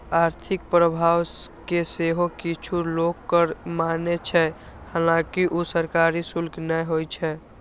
आर्थिक प्रभाव कें सेहो किछु लोक कर माने छै, हालांकि ऊ सरकारी शुल्क नै होइ छै